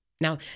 Now